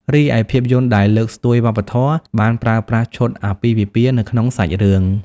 រីឯភាពយន្តដែលលើកស្ទួយវប្បធម៌ បានប្រើប្រាស់ឈុតអាពាហ៍ពិពាហ៍នៅក្នុងសាច់រឿង។